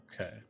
Okay